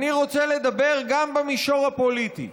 אני רוצה לדבר גם במישור הפוליטי.